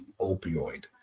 opioid